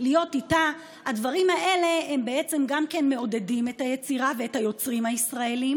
ו"להיות איתה" הדברים האלה גם מעודדים את היצירה ואת היוצרים הישראלים